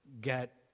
get